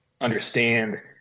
understand